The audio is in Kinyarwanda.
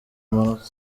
amanota